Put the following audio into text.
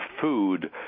food